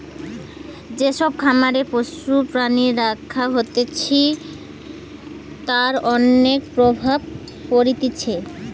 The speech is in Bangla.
যে সব খামারে পশু প্রাণী রাখা হতিছে তার অনেক প্রভাব পড়তিছে